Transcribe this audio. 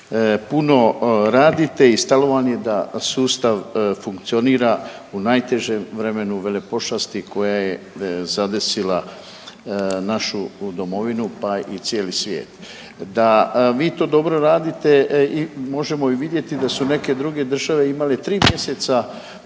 puno radite i stalo vam je da sustav funkcionira u najtežem vremenu velepošasti koja je zadesila našu domovinu pa i cijeli svijet. Da vi to dobro radite možemo i vidjeti da su neke druge države imale 3 mjeseca